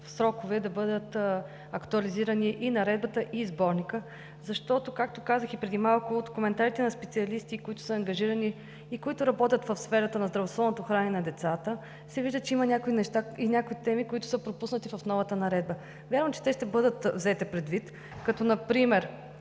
срок да бъдат актуализирани и Наредбата, и Сборникът, защото, както казах и преди малко, от коментарите на специалисти, които са ангажирани и които работят в сферата на здравословното хранене на децата, се вижда, че има някои неща и някои теми, които са пропуснати в новата наредба. Вярно е, че те ще бъдат взети предвид, като например: